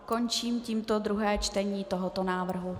Končím tímto druhé čtení tohoto návrhu.